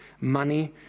money